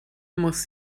muss